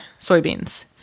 soybeans